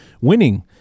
winning